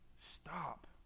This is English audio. stop